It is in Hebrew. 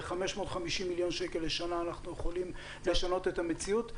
ב-550 מיליון שקלים לשנה אנחנו יכולים לשנות את המציאות.